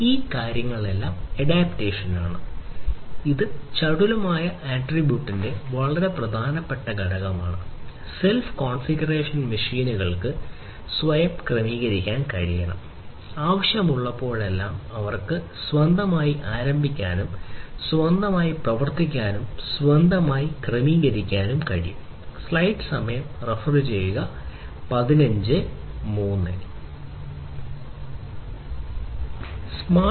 അതിനാൽ ഈ കാര്യങ്ങളെല്ലാം അഡാപ്റ്റേഷനാണ് ഇത് ചടുലമായ ആട്രിബ്യൂട്ടിന്റെ സ്വയം ക്രമീകരിക്കാൻ കഴിയണം ആവശ്യമുള്ളപ്പോഴെല്ലാം അവർക്ക് സ്വന്തമായി ആരംഭിക്കാനും സ്വന്തമായി പ്രവർത്തിക്കാനും സ്വന്തമായി ക്രമീകരിക്കാനും കഴിയും